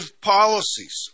policies